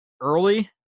early